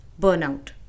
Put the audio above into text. burnout